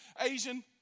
Asian